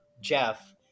Jeff